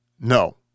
no